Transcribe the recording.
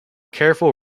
careful